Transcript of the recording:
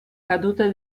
caduta